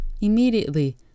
immediately